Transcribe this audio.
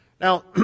Now